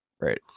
Right